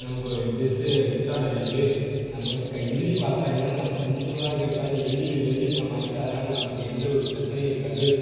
நமக்கு dis disadvantage நமக்கு வந்து க எழுதி பாஸாகிரலாம் நமக்கு கொஞ்சம் மார்க் எடுத்தாலும் எழுதி எழுதியிருக்க மார்க்கை அதனால் நமக்கு எந்தவொரு பிரச்சினையும் இருக்காது